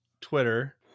Twitter